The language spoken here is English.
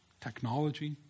technology